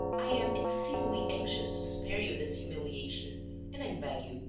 i am exceedingly anxious to spare you this humiliation and i beg you,